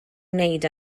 wneud